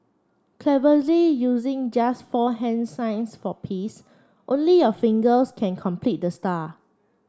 cleverly using just four hand signs for peace only your fingers can complete the star